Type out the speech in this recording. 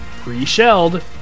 pre-shelled